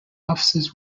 offices